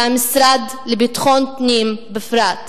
והמשרד לביטחון פנים בפרט.